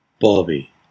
Bobby